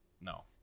No